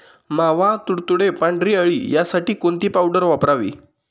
मावा, तुडतुडे, पांढरी अळी यासाठी कोणती पावडर वापरावी?